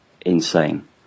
insane